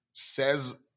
says